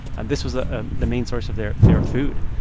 and this was ah ah the main source of their their food.